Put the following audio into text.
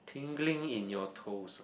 tingling in your toes ah